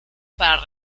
para